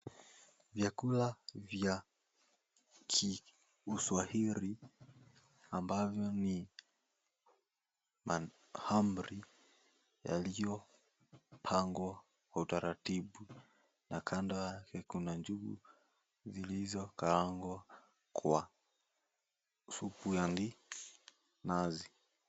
Vyakula vya kiuswahili ambavyo ni mahamri yaliyopangwa kwa utaratibu na kando yake kuna njugu zilizokaangwa kwa supu ya minazi.